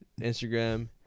Instagram